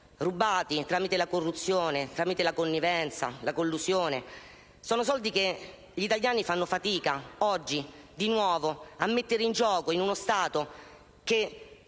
rubati tramite la corruzione, la connivenza e la collusione sono soldi che gli italiani fanno fatica oggi, di nuovo, a mettere in gioco in uno Stato che